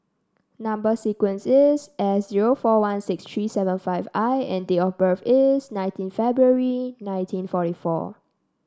number sequence is S zero four one six three seven five I and date of birth is nineteen February nineteen forty four